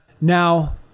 Now